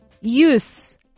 use